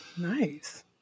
Nice